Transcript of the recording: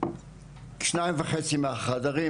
שניים וחצי מהחדרים,